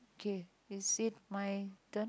okay is it my turn